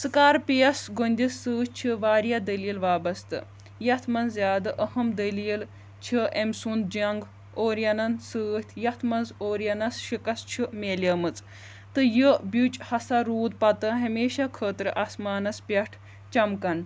Scorpius گوٚنٛدِس سۭتۍ چھِ واریاہ دٔلیٖل وابَستہٕ یَتھ منٛز زیادٕ اَہَم دٔلیٖل چھِ أمۍ سُنٛد جَنٛگ اوریَنَن سۭتۍ یَتھ منٛز اوریَنَس شِکَس چھُ میلیمٕژ تہٕ یہِ بیُچ ہسا روٗد پَتہٕ ہمیشَہ خٲطرٕ آسمانَس پٮ۪ٹھ چَمکان